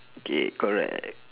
okay correct